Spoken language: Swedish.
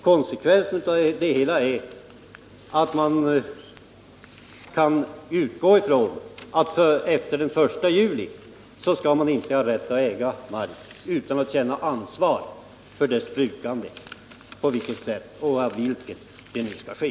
Konsekvensen av det hela är att man kan utgå från att man efter den 1 juli inte skall ha rätt att äga mark utan att känna ansvar för dess brukande, på vilket sätt det nu skall ske.